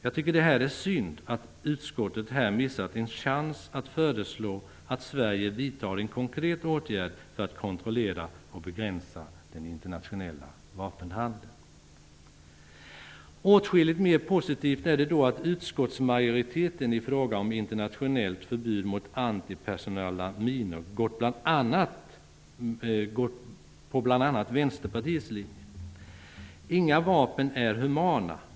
Det är synd, tycker jag, att utskottet här missat en chans att föreslå att Sverige vidtar en konkret åtgärd för att kontrollera och begränsa den internationella vapenhandeln. Åtskilligt mer positivt är det då att utskottsmajoriteten i fråga om internationellt förbud mot antipersonella minor gått på bl.a. Vänsterpartiets linje. Inga vapen är humana.